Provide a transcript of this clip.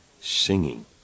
singing